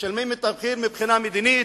משלמים את המחיר מבחינה מדינית,